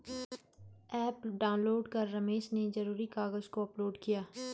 app download कर रमेश ने ज़रूरी कागज़ को अपलोड किया